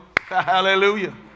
Hallelujah